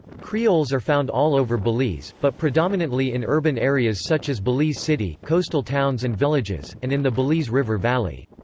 creoles are found all over belize, but predominantly in urban areas such as belize city, coastal towns and villages, and in the belize river valley.